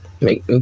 Make